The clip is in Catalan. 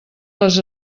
les